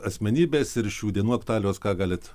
asmenybės ir šių dienų aktualijos ką galit